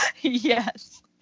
Yes